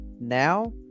now